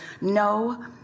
no